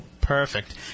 Perfect